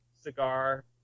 cigar